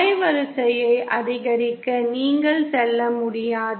அலைவரிசையை அதிகரிக்க நீங்கள் செல்ல முடியாது